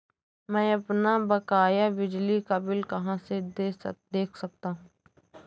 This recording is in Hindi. मैं अपना बकाया बिजली का बिल कहाँ से देख सकता हूँ?